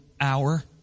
hour